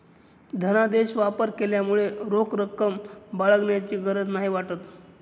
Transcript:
धनादेश वापर केल्यामुळे रोख रक्कम बाळगण्याची गरज नाही वाटत